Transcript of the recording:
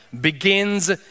begins